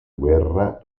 guerra